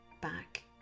back